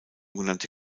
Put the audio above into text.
genannte